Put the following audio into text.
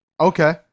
okay